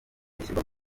ishyirwa